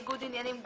ניגוד עניינים,